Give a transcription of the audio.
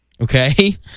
Okay